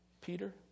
Peter